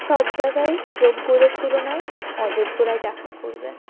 সব জায়গায় যোগ্যদের তুলনায় অযোগ্যরাই চাকরি করবে